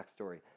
backstory